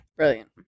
Brilliant